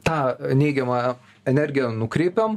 tą neigiamą energiją nukreipiam